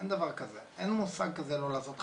אין דבר כזה ואין מוסד כזה לא לעשות חתונה.